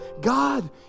God